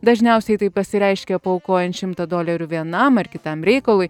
dažniausiai tai pasireiškia paaukojan šimtą dolerių vienam ar kitam reikalui